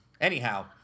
Anyhow